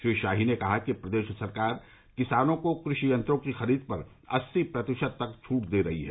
श्री शाही ने कहा कि प्रदेश सरकार किसानों को कृषि यंत्रों की खरीद पर अस्सी प्रतिशत तक छूट दे रही है